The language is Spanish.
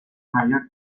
mayor